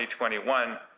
2021